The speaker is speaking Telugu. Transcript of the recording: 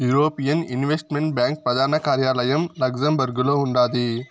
యూరోపియన్ ఇన్వెస్టుమెంట్ బ్యాంకు ప్రదాన కార్యాలయం లక్సెంబర్గులో ఉండాది